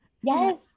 Yes